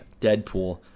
Deadpool